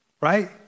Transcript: right